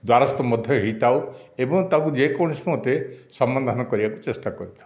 ଦ୍ଵାରସ୍ଥ ମଧ୍ୟ ହୋଇଥାଉ ଏବଂ ତାଙ୍କୁ ଯେକୌଣସି ମତେ ସମାଧାନ କରିବାକୁ ଚେଷ୍ଟା କରିଥାଉ